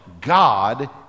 God